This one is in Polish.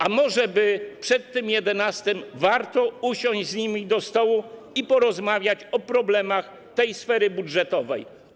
A może przed tym 11 września warto usiąść z nimi do stołu i porozmawiać o problemach tej sfery budżetowej?